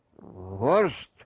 worst